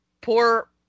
poor